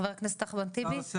חבר הכנסת אחמד טיבי, בבקשה.